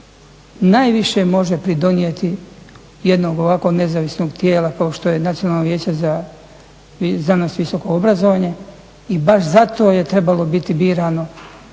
najviše može pridonijeti jednog ovako nezavisnog tijela kao što je Nacionalno vijeće za znanost i visoko obrazovanje i baš zato je trebalo biti birano